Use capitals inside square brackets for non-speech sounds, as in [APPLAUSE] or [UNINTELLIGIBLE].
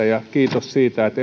[UNINTELLIGIBLE] ja mainittakoon vielä että [UNINTELLIGIBLE]